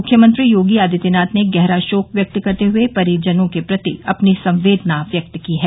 मुख्यमंत्री योगी आदित्यनाथ ने गहरा शोक व्यक्त करते हुए परिजनों के प्रति अपनी संवेदना व्यक्त की है